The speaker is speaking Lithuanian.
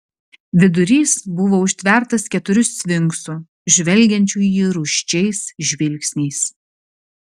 vidurys buvo užtvertas keturių sfinksų žvelgiančių į jį rūsčiais žvilgsniais